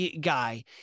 guy